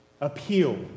appeal